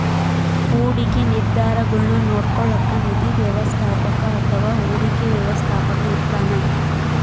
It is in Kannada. ಹೂಡಿಕೆ ನಿರ್ಧಾರಗುಳ್ನ ನೋಡ್ಕೋಳೋಕ್ಕ ನಿಧಿ ವ್ಯವಸ್ಥಾಪಕ ಅಥವಾ ಹೂಡಿಕೆ ವ್ಯವಸ್ಥಾಪಕ ಇರ್ತಾನ